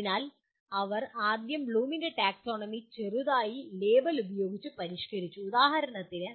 അതിനാൽ അവർ ആദ്യം ബ്ലൂമിന്റെ ടാക്സോണമി ചെറുതായി ലേബൽ ഉപയോഗിച്ച് പരിഷ്കരിച്ചു ഉദാഹരണത്തിന്